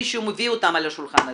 מישהו מביא אותם לשולחן הזה,